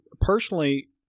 personally